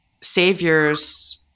saviors